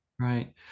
Right